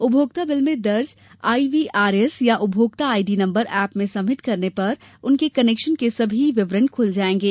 उपभोक्ता बिल में दर्ज आईवीआरएस या उपभोक्ता आईडी नम्बर एप में सबमिट करने पर उनके कनेक्शन के सभी विवरण खुल जायेंगे